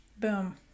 boom